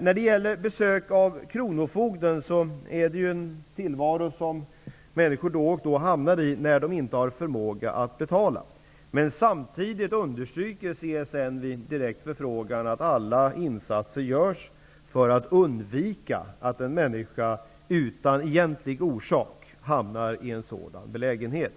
Vad gäller besök av Kronofogden, är det en situation som människor då och då hamnar i när de inte har förmåga att betala. Men samtidigt understryker CSN vid en direkt förfrågan att alla insatser görs för att undvika att en människa, utan egentlig orsak, hamnar i en sådan belägenhet.